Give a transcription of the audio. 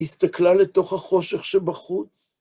הסתכלה לתוך החושך שבחוץ.